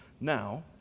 Now